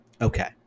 Okay